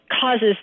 causes